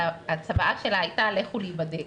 והצוואה שלה הייתה 'לכו להיבדק'.